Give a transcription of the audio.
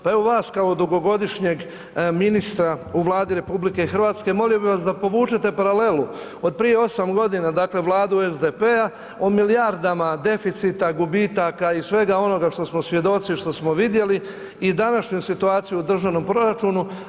Pa evo vas kao dugogodišnjeg ministra u Vladi RH molio bih vas da povučete paralelu od prije 8 godina dakle Vladu SDP-a o milijardama deficita, gubitaka i svega onoga što smo svjedoci, što smo vidjeli i današnju situaciju u državnom proračunu.